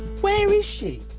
where is she?